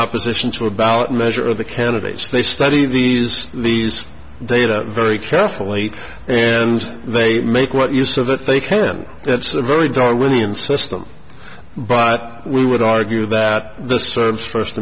opposition to a ballot measure the candidates they study these these data very carefully and they make what use of it they can that's a very darwinian system but we would argue that this serves first